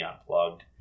unplugged